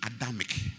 Adamic